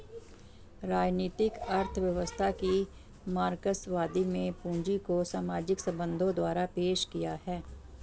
राजनीतिक अर्थव्यवस्था की मार्क्सवादी में पूंजी को सामाजिक संबंधों द्वारा पेश किया है